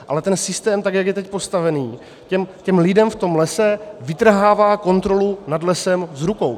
Ale ten systém, tak jak je teď postavený, těm lidem v tom lese vytrhává kontrolu nad lesem z rukou.